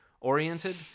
oriented